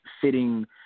fitting